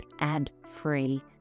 ad-free